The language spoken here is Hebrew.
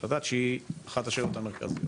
אתה יודע שהיא אחת השאלות המרכזיות